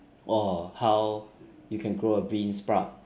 or how you can grow a beansprout